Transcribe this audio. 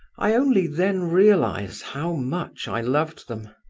i only then realized how much i loved them.